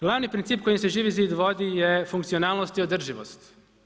Glavni princip kojim se Živi zid vodi je funkcionalnog i održivost.